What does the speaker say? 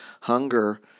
hunger